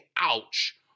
ouch